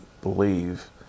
believe